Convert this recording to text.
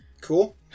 Cool